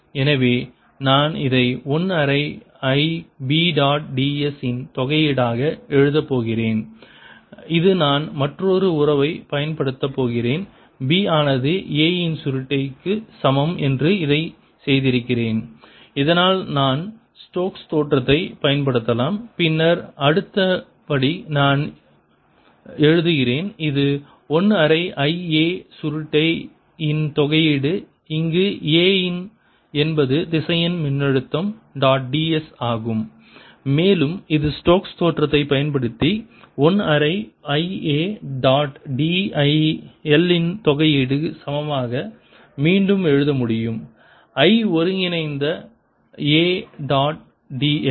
எனவே நான் இதை 1 அரை I B டாட் ds இன் தொகையீடு ஆக எழுதப் போகிறேன் இது நான் மற்றொரு உறவைப் பயன்படுத்தப் போகிறேன் B ஆனது A இன் சுருட்டை சமம் செய்து இதைச் செய்கிறேன் இதனால் நான் ஸ்டோக்ஸ் தேற்றத்தைப் பயன்படுத்தலாம் பின்னர் அடுத்த படி நான் எழுதுகிறேன் இது 1 அரை I A சுருட்டை இன் தொகையீடு இங்கு A என்பது திசையன் மின்னழுத்தம் டாட் ds ஆகும் மேலும் இது ஸ்டோக்ஸ் தேற்றத்தைப் பயன்படுத்தி 1 அரை I A டாட் dl இன் தொகையீடு சமமாக மீண்டும் எழுத முடியும் I ஒருங்கிணைந்த A dot dl